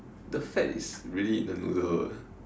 the fat is really in the noddle eh